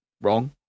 wrong